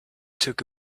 took